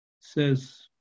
says